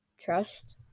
Trust